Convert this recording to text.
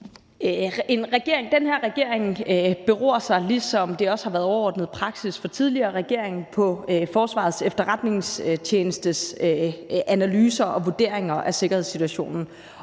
Den her regering baserer sig, ligesom det også har været den overordnede praksis for tidligere regeringer, på Forsvarets Efterretningstjenestes analyser og vurderinger af sikkerhedssituationen.